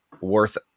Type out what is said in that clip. worth